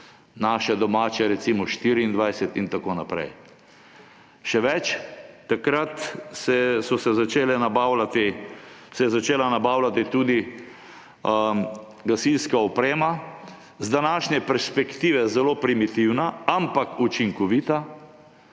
naše domače recimo 1924 in tako naprej. Še več, takrat se je začela nabavljati tudi gasilska oprema, z današnje perspektive zelo primitivna, ampak učinkovita.